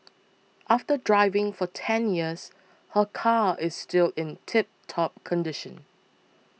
after driving for ten years her car is still in tiptop condition